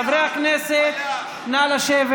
חברי הכנסת, נא לשבת.